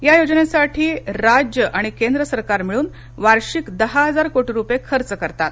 या योजनेसाठी राज्य आणि केंद्र सरकार मिळून वार्षिक दहा हजार कोटी रुपये खर्च करतात